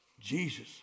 Jesus